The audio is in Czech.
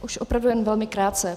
Už opravdu jen velmi krátce.